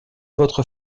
votre